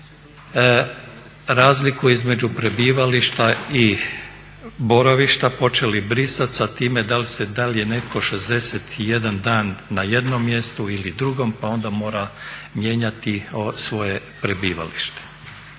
razliku između prebivališta i boravišta počeli brisat sa time da li je netko 61 dan na jednom mjestu ili drugom pa onda mora mijenjati svoje prebivalište.